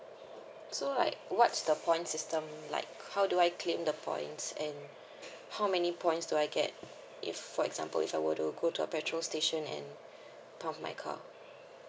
so like what's the point system like how do I claim the points and how many points do I get if for example if I were to go to a petrol station and pump my car